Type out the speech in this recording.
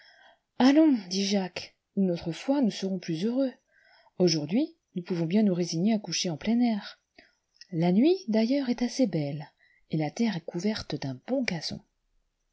allons dit jacques une autre fois nous serons plus heureux aujourd'hui nous pouvons bien nous résigner à coucher en plein air la nuit d'ailleurs est assez belle et la terre est couverte d'un bon gazon